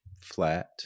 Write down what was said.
flat